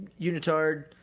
unitard